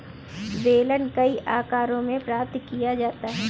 बेलन कई आकारों में प्राप्त किया जाता है